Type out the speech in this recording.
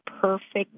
perfect